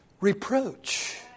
reproach